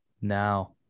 now